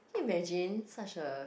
can you imagine such a